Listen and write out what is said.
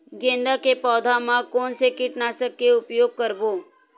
गेंदा के पौधा म कोन से कीटनाशक के उपयोग करबो?